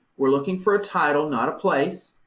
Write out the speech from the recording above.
we're looking for a title, not a place.